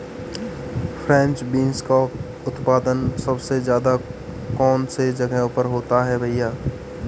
French beans का उत्पादन सबसे ज़्यादा कौन से जगहों पर होता है भैया?